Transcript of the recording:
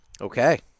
Okay